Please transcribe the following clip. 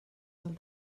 del